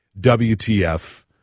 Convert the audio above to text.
WTF